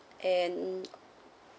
and